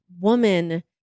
woman